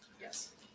Yes